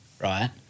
right